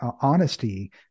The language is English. honesty